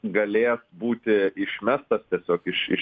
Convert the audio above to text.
galės būti išmestas tiesiog iš iš